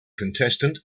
contestant